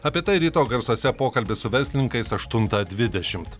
apie tai ryto garsuose pokalbis su verslininkais aštuntą dvidešimt